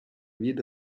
vide